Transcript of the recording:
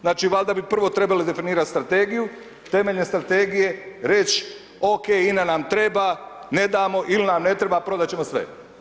Znači valjda bi prvo trebali definirat strategiju, temeljem strategije reć OK INA nam treba ne damo il nam ne treba prodat ćemo sve.